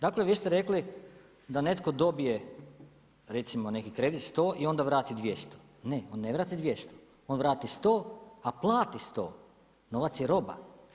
Dakle vi ste rekli da netko dobije recimo nek je kredit 100 i onda vrati 200. ne, on ne vrati 200. on vrati 100, a plati 100. novac je roba.